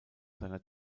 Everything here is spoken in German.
seiner